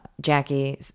jackie